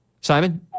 Simon